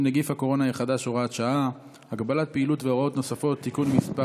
נגיף הקורונה החדש (הוראת שעה) (הגבלת פעילות והוראות נוספות) (תיקון מס'